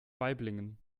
waiblingen